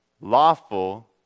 lawful